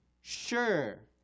sure